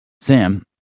Sam